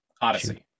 Odyssey